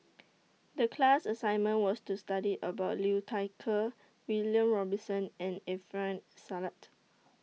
The class assignment was to study about Liu Thai Ker William Robinson and Alfian Sa'at